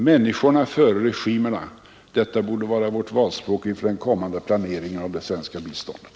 Människorna före regimerna — detta borde vara vårt valspråk inför den kommande planeringen av det svenska biståndet.